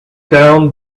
down